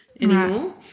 anymore